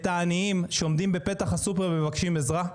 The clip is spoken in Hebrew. העניים שעומדים בפתח הסופר ומבקשים עזרה,